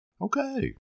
Okay